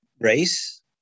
race